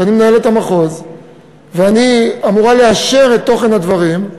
כי אני מנהלת המחוז ואני אמורה לאשר את תוכן הדברים,